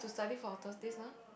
study for Thursday's one